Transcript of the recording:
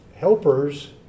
helpers